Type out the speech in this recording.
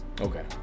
Okay